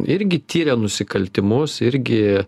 irgi tiria nusikaltimus irgi